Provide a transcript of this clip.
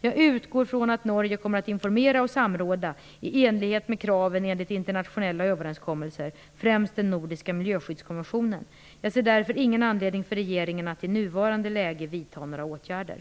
Jag utgår från att Norge kommer att informera och samråda i enlighet med kraven enligt internationella överenskommelser, främst den nordiska miljöskyddskonventionen. Jag ser därför ingen anledning för regeringen att i nuvarande läge vidta några åtgärder.